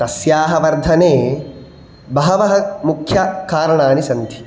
तस्याः वर्धने बहवः मुख्यकारणानि सन्ति